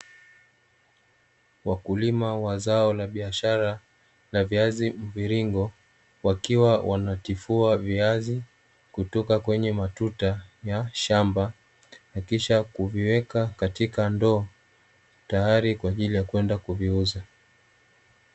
Wakulima wa zao la biashara la viazi mviringo wakiwa wanatifua viazi kutoka kwenye matuta ya shamba na kisha kuviweka katika ndoo tayari kwa ajili ya kwenda kuviuza.